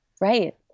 right